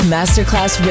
Masterclass